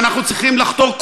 ואנחנו צריכים לחתור,